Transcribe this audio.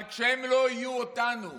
אבל כשהם לא יהיו איתנו,